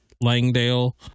Langdale